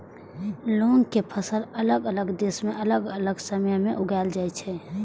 लौंग के फसल अलग अलग देश मे अलग अलग समय मे उगाएल जाइ छै